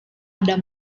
ada